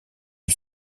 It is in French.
les